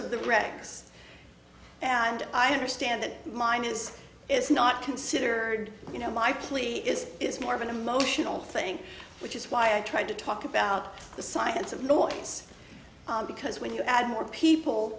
of the grex and i understand that mine is it's not considered you know my plea is it's more of an emotional thing which is why i tried to talk about the science of noise because when you add more people